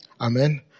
Amen